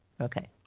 Okay